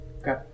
Okay